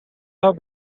her